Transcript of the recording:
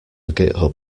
github